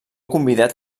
convidat